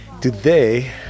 today